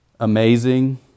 amazing